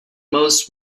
most